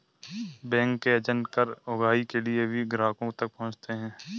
bank के agent कर उगाही के लिए भी ग्राहकों तक पहुंचते हैं